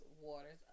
waters